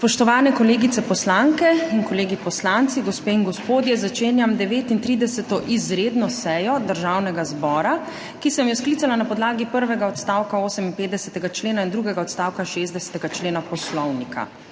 Spoštovane kolegice poslanke in kolegi poslanci, gospe in gospodje, začenjam 39. izredno sejo Državnega zbora, ki sem jo sklicala na podlagi prvega odstavka 58. člena in drugega odstavka 60. člena Poslovnika.